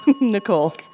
Nicole